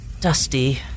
Dusty